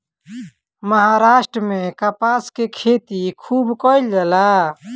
महाराष्ट्र में कपास के खेती खूब कईल जाला